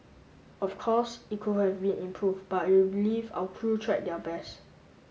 of course it could have been improved but will believe our crew tried their best